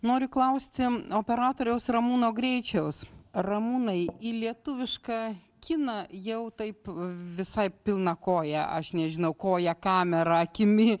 noriu klausti operatoriaus ramūno greičiaus ramūnai į lietuvišką kiną jau taip visai pilna koja aš nežinau koja kamera akimi